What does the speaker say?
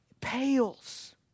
pales